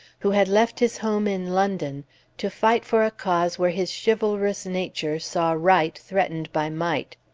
who had left his home in london to fight for a cause where his chivalrous nature saw right threatened by might.